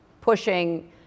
pushing